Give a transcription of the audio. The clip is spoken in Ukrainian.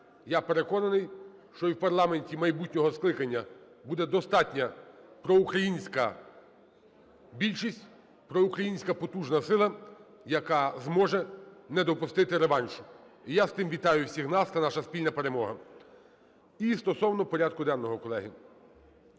Я переконаний, що і в парламенті майбутнього скликання буде достатня проукраїнська більшість, проукраїнська потужна сила, яка зможе не допустити реваншу. І я з тим вітаю всіх нас, це наша спільна перемога. І стосовно порядку денного, колеги.